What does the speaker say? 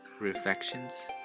reflections